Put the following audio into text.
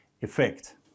effect